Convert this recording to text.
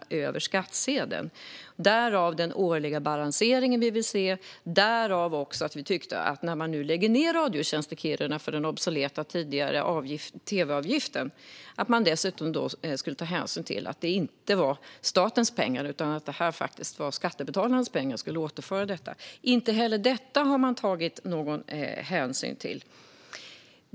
Detta är bakgrunden till den årliga balansering vi vill se och till att vi tyckte att man när man nu lägger ned Radiotjänst i Kiruna, som hanterat den obsoleta tv-avgiften, skulle ta hänsyn till att det inte var statens pengar utan skattebetalarnas, som borde återföras. Inte heller detta har man tagit hänsyn till.